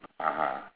(uh huh)